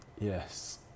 Yes